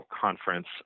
conference